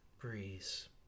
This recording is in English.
Breeze